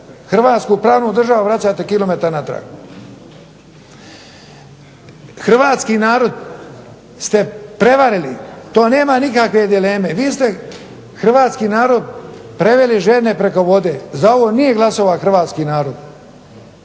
hrvatsku pravnu državu vraćate kilometar natrag. Hrvatski narod ste prevarili. To nema nikakve dileme. Vi ste hrvatski narod preveli žedne preko vode. Za ovo nije glasovao hrvatski narod,